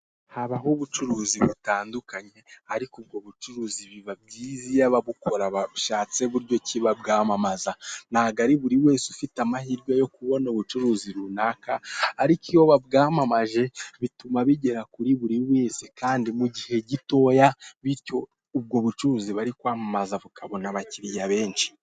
Habaho ubucuruzi butandukanye, ariko ubwo bucuruzi biba byiza iyo ababukora bashatse buryo ki babwamamaza, ntago ari buriwese ufite amahirwe yokubona ubucuruzi runaka, ariko iyo wabwamamaje bituma bigera kuri buri wese kandi mugihe gitoya bityo ubwo bucuruzi bari kwamamaza bukabona abakiriya benshi.